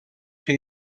się